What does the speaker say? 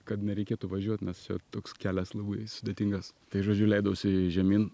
kad nereikėtų važiuot nes čia toks kelias labai sudėtingas tai žodžiu leidausi žemyn